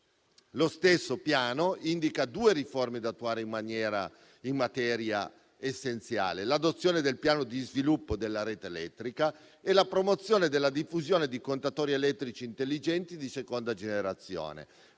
Lo stesso Piano indica due riforme essenziali da attuare in materia: l'adozione del Piano di sviluppo della rete elettrica e la promozione della diffusione di contatori elettrici intelligenti di seconda generazione.